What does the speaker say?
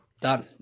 Done